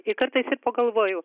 i kartais ir pagalvoju